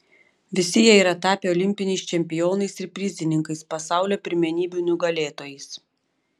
visi jie yra tapę olimpiniais čempionais ir prizininkais pasaulio pirmenybių nugalėtojais